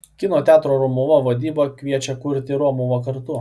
kino teatro romuva valdyba kviečia kurti romuvą kartu